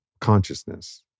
consciousness